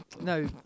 no